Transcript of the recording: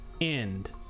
End